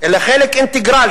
אלא חלק אינטגרלי.